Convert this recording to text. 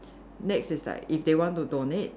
next is like if they want to donate